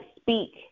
speak